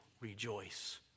rejoice